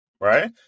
Right